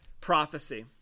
prophecy